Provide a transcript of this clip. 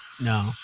no